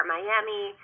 Miami